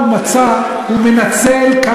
היו נכנסים, היו נכנסים.